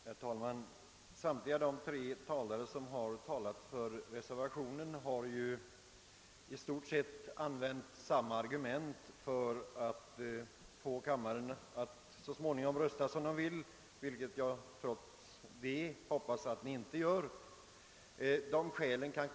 Herr talman! Samtliga de tre talare som har talat för reservationen har använt i stort sett samma argument för att få kammarens ledamöter att så småningom rösta för reservationen — vilket jag hoppas att ni inte skall göra.